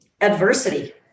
adversity